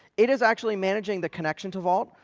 it is actually managing the connection to vault,